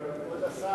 כבוד השר,